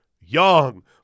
young